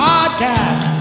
Podcast